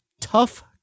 Tough